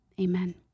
Amen